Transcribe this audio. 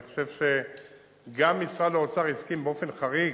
ואני חושב שגם משרד האוצר הסכים באופן חריג,